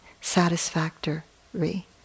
satisfactory